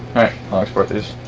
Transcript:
i'll export these.